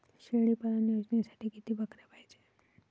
शेळी पालन योजनेसाठी किती बकऱ्या पायजे?